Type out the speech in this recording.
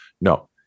no